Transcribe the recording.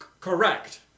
Correct